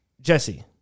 jesse